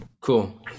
cool